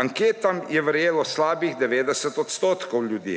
Anketam je verjelo slabih 90 % ljudi.